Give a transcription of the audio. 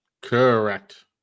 Correct